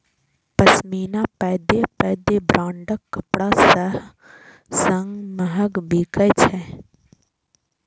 पश्मीना पैघ पैघ ब्रांडक कपड़ा सं महग बिकै छै